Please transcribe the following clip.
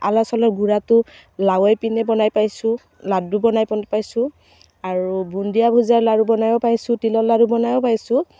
আলা চাউলৰ গুড়াটো লাওৱে পিনে বনাই পাইছোঁ লাড্ডু বনাই পন পাইছোঁ আৰু বুন্দিয়া ভুজিয়া লাৰু বনায়ো পাইছোঁ তিলৰ লাৰু বনায়ো পাইছোঁ